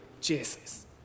Jesus